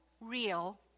real